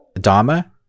Dharma